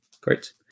Great